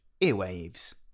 Earwaves